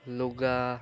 ଲୁଗା